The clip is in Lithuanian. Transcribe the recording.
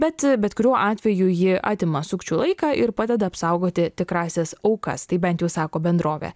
bet bet kuriuo atveju ji atima sukčių laiką ir padeda apsaugoti tikrąsias aukas taip bent jau sako bendrovė